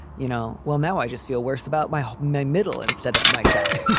you know. well, now i just feel worse about my my middle instead of my chest